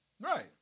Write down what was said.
Right